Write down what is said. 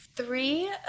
Three